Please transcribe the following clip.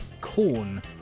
Corn